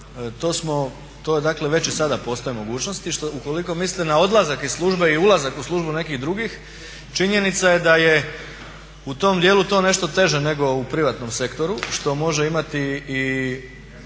to već i sada postoji mogućnosti, ukoliko mislite na odlazak iz službe i ulazak u službu nekih drugih činjenica je da je u tom djelu to nešto teže nego u privatnom sektoru što može imati i